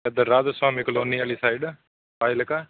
ਇੱਧਰ ਰਾਧੇ ਸੁਆਮੀ ਕਲੋਨੀ ਵਾਲੀ ਸਾਈਡ ਫਾਜ਼ਿਲਕਾ